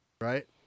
right